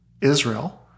Israel